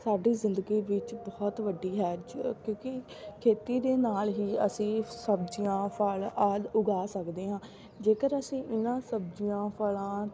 ਸਾਡੀ ਜ਼ਿੰਦਗੀ ਵਿੱਚ ਬਹੁਤ ਵੱਡੀ ਹੈ ਕਿਉਂਕਿ ਖੇਤੀ ਦੇ ਨਾਲ ਹੀ ਅਸੀਂ ਸਬਜ਼ੀਆਂ ਫਲ਼ ਆਦਿ ਉਗਾ ਸਕਦੇ ਹਾਂ ਜੇਕਰ ਅਸੀਂ ਇਹਨਾਂ ਸਬਜ਼ਆਂ ਫਲ਼ਾਂ